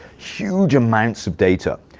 huge amounts of data.